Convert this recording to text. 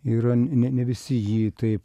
yra ne ne visi jį taip